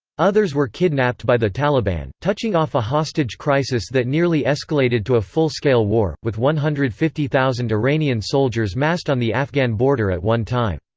others were kidnapped by the taliban, touching off a hostage crisis that nearly escalated to a full-scale war, with one hundred and fifty thousand iranian soldiers massed on the afghan border at one time.